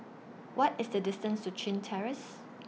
What IS The distance to Chin Terrace